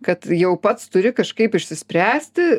kad jau pats turi kažkaip išsispręsti